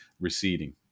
receding